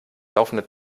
laufende